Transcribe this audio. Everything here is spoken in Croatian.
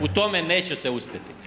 U tome nećete uspjeti.